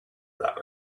that